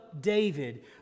David